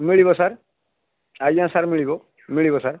ମିଳିବ ସାର୍ ଆଜ୍ଞା ସାର୍ ମିଳିବ ମିଳିବ ସାର୍